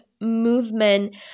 movement